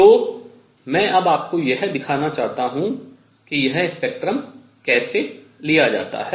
तो मैं अब यह दिखाना चाहता हूँ कि यह स्पेक्ट्रम कैसे लिया जाता है